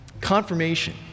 Confirmation